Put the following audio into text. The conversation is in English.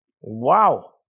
wow